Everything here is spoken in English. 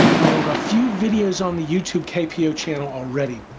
and there were a few videos on the youtube kpo channel already.